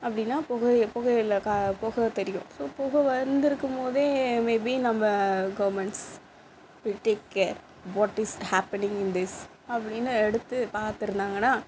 அப்படினா புகை புகையில்லை க புகை தெரியும் ஸோ புகை வந்து இருக்கும் போதே மேபி நம்ம governments will take care what is happening in this அப்படினு எடுத்து பார்த்து இருந்தாங்கனால்